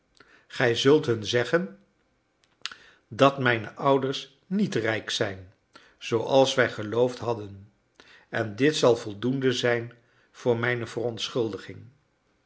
gij zult hun zeggen dat mijne ouders niet rijk zijn zooals wij geloofd hadden en dit zal voldoende zijn voor mijne verontschuldiging